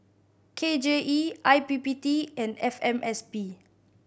K J E I P P T and F M S P